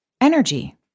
energy